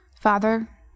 Father